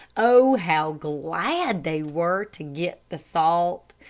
oh, how glad they were to get the salt!